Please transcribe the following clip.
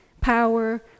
power